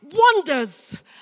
Wonders